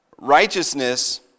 Righteousness